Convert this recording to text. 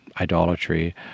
idolatry